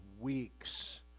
weeks